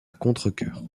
contrecœur